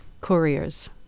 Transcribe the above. couriers